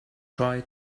try